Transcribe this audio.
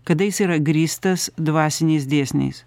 kada jis yra grįstas dvasiniais dėsniais